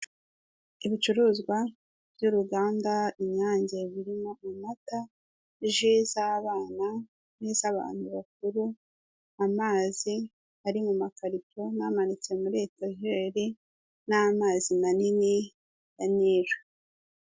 Ibicuruzwa by'uruganda Inyange, birimo amata, ji z'abana n'iz'abantu bakuru amazi ari mu makarito bamanitse muri etageri, n'amazi manini ya Nili.